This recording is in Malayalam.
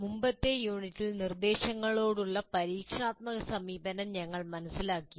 മുമ്പത്തെ യൂണിറ്റിൽ നിർദ്ദേശങ്ങളോടുള്ള പരീക്ഷണാത്മക സമീപനം ഞങ്ങൾ മനസ്സിലാക്കി